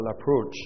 approach